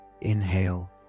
inhale